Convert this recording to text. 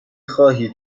خواهید